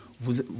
vous